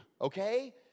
okay